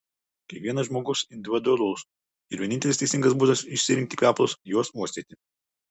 kiekvienas žmogus individualus ir vienintelis teisingas būdas išsirinkti kvepalus juos uostyti